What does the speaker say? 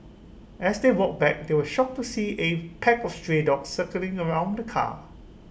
as they walked back they were shocked to see A pack of stray dogs circling around the car